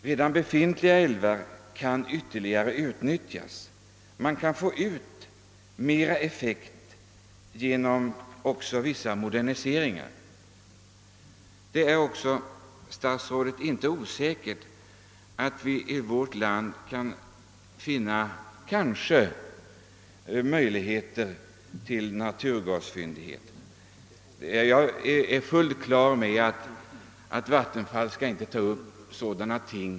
Redan utbyggda älvar kan ytterligare utnyttjas, och man kan få ut mera effekt också genom vissa moderniseringar. Det är vidare, herr statsråd, inte osannolikt att vi i vårt land kommer att kunna utnyttja naturgasfyndigheter. Jag är fullt på det klara med att Vattenfall inte skall syssla med detta.